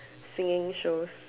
singing shows